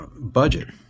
budget